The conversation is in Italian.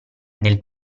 nel